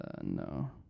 No